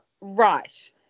Right